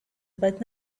but